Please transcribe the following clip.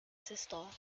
sister